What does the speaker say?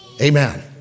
Amen